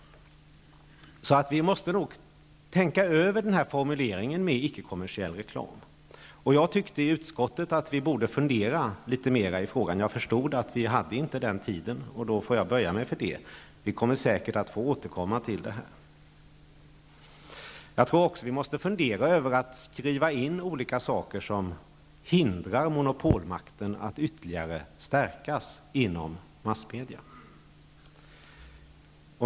Vi måste nog tänka över formuleringen i lagförslaget i vad avser icke kommersiell reklam. Jag ansåg vid utskottsbehandlingen att vi borde funderat litet mer i frågan, men utskottet hade inte den tiden till sitt förfogande, och jag fick böja mig för detta. Vi kommer säkert att få återkomma till denna fråga. Jag anser också att vi bör fundera över att i yttrandefrihetslagen skriva in bestämmelser som hindrar monopolmakten att ytterligare stärkas inom massmedia.